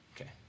Okay